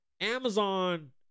Amazon